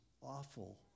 awful